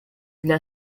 для